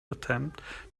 attempt